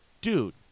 dude